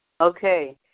Okay